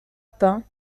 pain